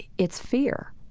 it's fear.